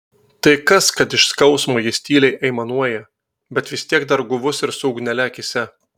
tai kas kad iš skausmo jis tyliai aimanuoja bet vis tiek dar guvus ir su ugnele akyse